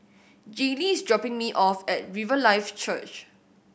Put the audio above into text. Jaylee is dropping me off at Riverlife Church